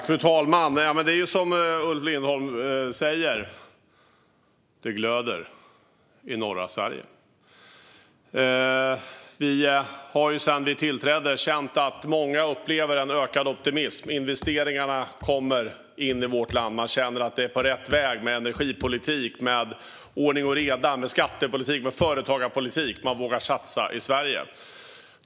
Fru talman! Det är ju som Ulf Lindholm säger: Det glöder i norra Sverige. Vi har ju sedan vi tillträdde känt att många upplever en ökad optimism. Investeringarna kommer in i landet. Man känner att det är på rätt väg med energipolitik, med ordning och reda, med skattepolitik och med företagarpolitik. Man vågar satsa i Sverige.